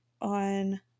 on